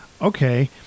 okay